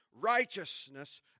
righteousness